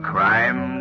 Crime